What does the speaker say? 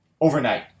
overnight